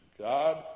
God